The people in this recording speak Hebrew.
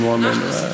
ואמרו אמן".